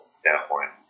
standpoint